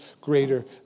greater